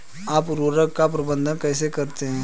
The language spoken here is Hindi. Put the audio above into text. आप उर्वरक का प्रबंधन कैसे करते हैं?